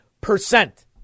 percent